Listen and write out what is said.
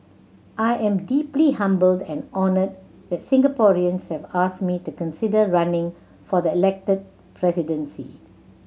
I am deeply humbled and honoured that Singaporeans have asked me to consider running for the Elected Presidency